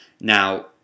Now